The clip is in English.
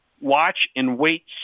watch-and-wait